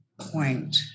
point